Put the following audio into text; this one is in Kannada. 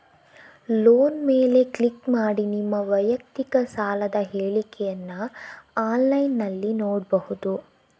ಲೋನ್ ಮೇಲೆ ಕ್ಲಿಕ್ ಮಾಡಿ ನಿಮ್ಮ ವೈಯಕ್ತಿಕ ಸಾಲದ ಹೇಳಿಕೆಯನ್ನ ಆನ್ಲೈನಿನಲ್ಲಿ ನೋಡ್ಬಹುದು